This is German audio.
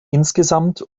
insgesamt